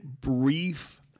brief